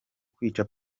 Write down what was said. kwica